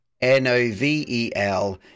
N-O-V-E-L